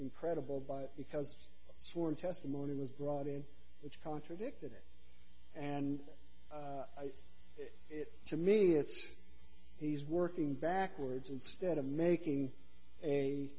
incredible by because testimony was brought in which contradicted it and to me it's he's working backwards instead of making a